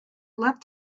left